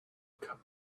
cup